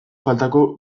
faltako